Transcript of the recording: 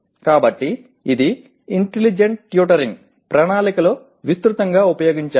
కాబట్టి ఇది intelligent tutoring ప్రణాళికలో విస్తృతంగా ఉపయోగించాము